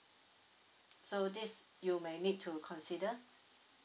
so this you may need to consider